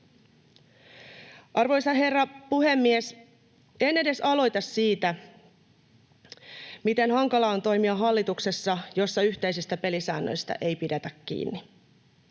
Arvoisa herra puhemies! En edes aloita siitä, miten hankalaa on toimia hallituksessa, jossa yhteisistä pelisäännöistä ei pidetä kiinni.